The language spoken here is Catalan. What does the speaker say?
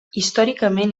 històricament